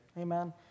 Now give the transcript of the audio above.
Amen